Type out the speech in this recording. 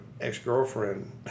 ex-girlfriend